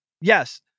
yes